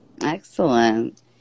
Excellent